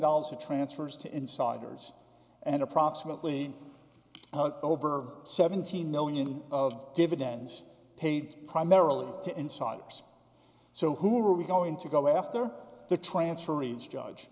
transfers to insiders and approximately over seventeen million of dividends paid primarily to insiders so who are we going to go after the transferees judge